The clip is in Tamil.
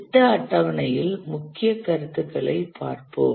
திட்ட அட்டவணையில் முக்கிய கருத்துகளைப் பார்ப்போம்